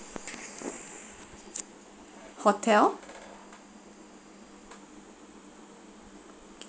hotel